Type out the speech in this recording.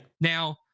Now